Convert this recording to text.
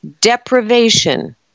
deprivation